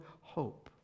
hope